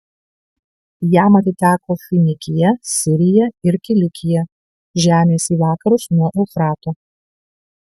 jam atiteko finikija sirija ir kilikija žemės į vakarus nuo eufrato